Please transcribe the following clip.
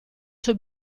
suo